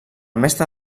mestre